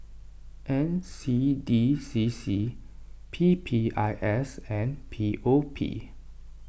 N C D C C P P I S and P O P